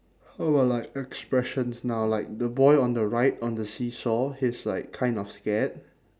how about like expressions now like the boy on the right on the seesaw he's like kind of scared